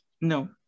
no